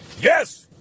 Yes